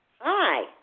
Hi